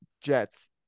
Jets